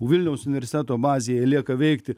vilniaus universiteto bazėje lieka veikti